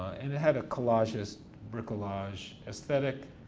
and it had a collageist, bricolage aesthetic.